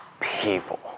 people